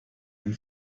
ein